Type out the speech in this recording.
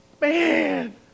man